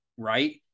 right